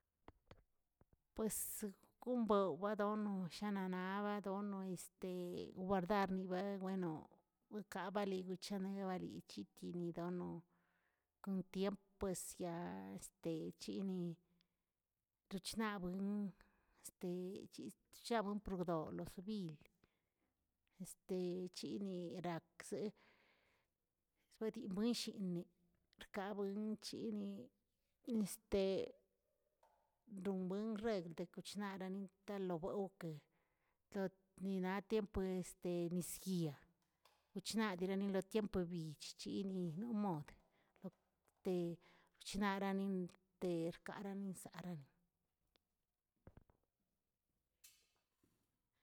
Pues gombaw badono, shana naꞌ badono, guardar ni ba bueno wikabali gwichanaꞌ bali chitinidonoꞌ kon tiemp pues ya techini rochnaꞌ buen richnaꞌbuen por lo civil, chini rakzeꞌ spuedi wenshinni, rakabuen rinchini don buen regl dokachinaꞌarari donka lobuelbkeꞌ kattꞌ ninaꞌ tiemp este nisyiya, kuchinaꞌ deronilatiemp bichchini nomod lote kuchinarari terkaranisaꞌ.